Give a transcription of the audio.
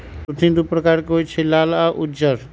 सुथनि दू परकार के होई छै लाल आ उज्जर